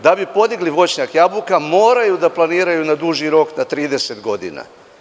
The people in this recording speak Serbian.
Da bi podigli voćnjak jabuka moraju da planiraju na duži rok na 30 godina.